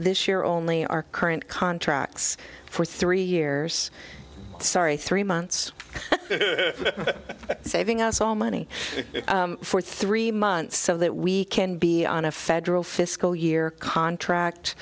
this year only our current contracts for three years sorry three months saving us all money for three months so that we can be on a federal fiscal year contract